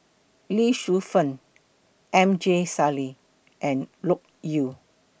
Lee Shu Fen M J Sali and Loke Yew